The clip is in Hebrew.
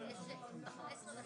אתחיל בקרוב.